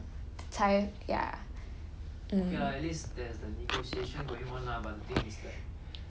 then 我爸爸就会跟我妈妈 negotiate 这种才 ya mm